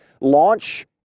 launch